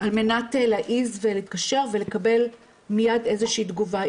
על מנת להעז ולהתקשר ולקבל מיד איזו שהיא תגובה.